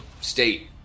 state